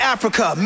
Africa